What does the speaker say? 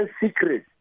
secret